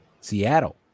Seattle